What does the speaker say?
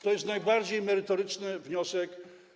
To jest najbardziej merytoryczny wniosek.